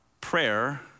prayer